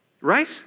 Right